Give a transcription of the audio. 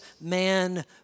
man